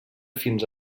fins